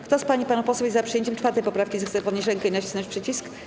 Kto z pań i panów posłów jest za przyjęciem 4. poprawki, zechce podnieść rękę i nacisnąć przycisk.